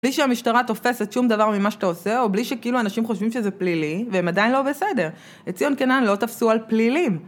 בלי שהמשטרה תופסת שום דבר ממה שאתה עושה, או בלי שכאילו האנשים חושבים שזה פלילי, והם עדיין לא בסדר. את ציון קנן לא תפסו על פלילים.